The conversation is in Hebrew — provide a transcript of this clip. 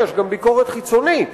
יש גם ביקורת חיצונית